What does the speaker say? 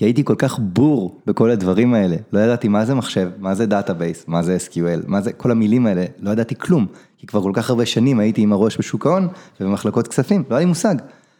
כי הייתי כל כך בור בכל הדברים האלה, לא ידעתי מה זה מחשב, מה זה דאטאבייס, מה זה sql, מה זה כל המילים האלה, לא ידעתי כלום, כי כבר כל כך הרבה שנים הייתי עם הראש בשוק ההון ובמחלקות כספים, לא היה לי מושג.